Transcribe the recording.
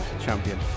champion